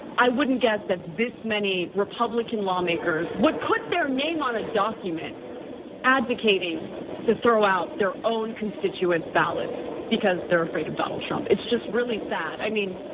i wouldn't guess that this many republican lawmakers would put their name on a document advocating to throw out their own constituents ballots, because they're afraid of donald trump. it's just really sad. i mean,